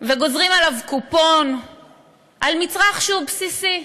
וגוזרים עליו קופון על מצרך שהוא בסיסי.